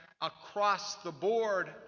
across-the-board